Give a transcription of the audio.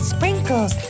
Sprinkles